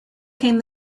came